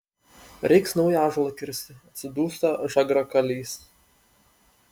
reiks naują ąžuolą kirsti atsidūsta žagrakalys